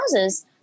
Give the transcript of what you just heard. houses